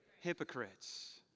hypocrites